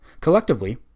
Collectively